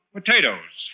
Potatoes